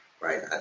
right